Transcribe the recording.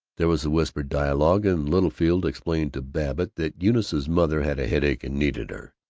there was a whispered duologue, and littlefield explained to babbitt that eunice's mother had a headache and needed her.